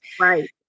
Right